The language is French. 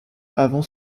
avant